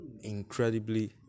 incredibly